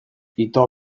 ito